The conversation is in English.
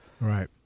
Right